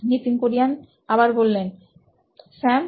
Nitin Kurian C O O নোইন electronics Sam